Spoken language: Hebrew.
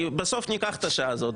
בסוף, ניקח את השעה הזאת.